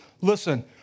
Listen